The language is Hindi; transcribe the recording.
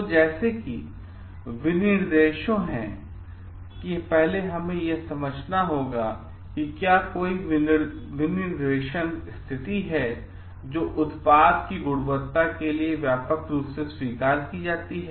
तो जैसे कि विनिर्देशों हैं पहले हमें यह समझना होगा कि क्या कोई विनिर्देशन स्थिति है जो उत्पाद की गुणवत्ता के लिए व्यापक रूप से स्वीकार किया जाता है